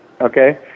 okay